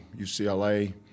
UCLA